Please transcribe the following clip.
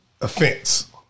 offense